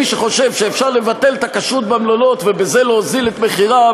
מי שחושב שאפשר לבטל את הכשרות במלונות ובזה להוזיל את מחיריו,